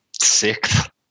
sixth